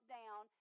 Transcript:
down